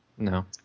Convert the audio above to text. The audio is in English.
No